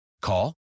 Call